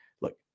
Look